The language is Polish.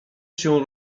się